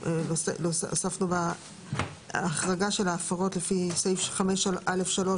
הוספנו החרגה של ההפרות לפי סעיף 5(א)(3),